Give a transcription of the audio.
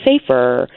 safer